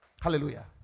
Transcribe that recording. Hallelujah